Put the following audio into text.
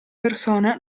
persona